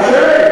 מאפשרת,